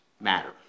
matter